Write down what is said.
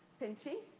penchee,